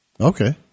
Okay